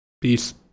Peace